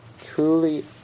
truly